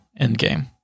Endgame